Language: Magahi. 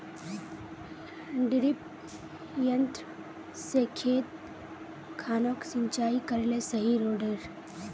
डिरिपयंऋ से खेत खानोक सिंचाई करले सही रोडेर?